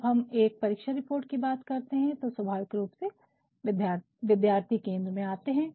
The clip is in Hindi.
जब हम एक परीक्षा रिपोर्ट की बात करते हैं तो स्वाभाविक रूप से विद्यार्थी केंद्र में आते हैं